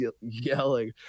yelling